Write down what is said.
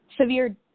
severe